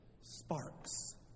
sparks